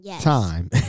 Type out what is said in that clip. time